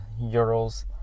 euros